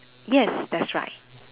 yes that's right